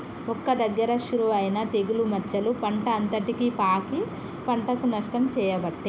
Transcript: ఒక్క దగ్గర షురువు అయినా తెగులు మచ్చలు పంట అంతటికి పాకి పంటకు నష్టం చేయబట్టే